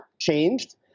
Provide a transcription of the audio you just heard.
changed